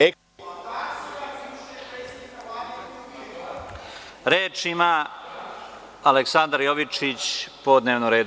Reč ima Aleksandar Jovičić, po dnevnom redu.